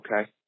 Okay